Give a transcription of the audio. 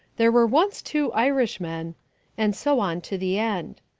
there were once two irishmen and so on to the end.